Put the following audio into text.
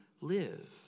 live